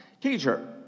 Teacher